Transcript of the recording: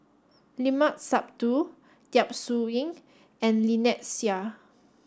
Limat Sabtu Yap Su Yin and Lynnette Seah